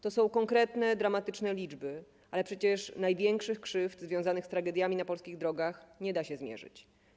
To są konkretne, dramatyczne liczby, ale przecież największych krzywd związanych z tragediami na polskich drogach nie da się zmierzyć.